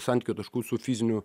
santykio taškų su fiziniu